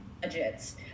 budgets